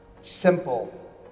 simple